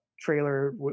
trailer